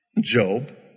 Job